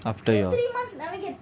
after your